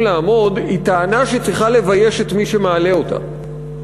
לעמוד היא טענה שצריכה לבייש את מי שמעלה אותה.